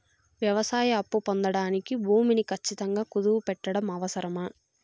వ్యవసాయ అప్పు పొందడానికి భూమిని ఖచ్చితంగా కుదువు పెట్టడం అవసరమా?